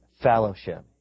fellowship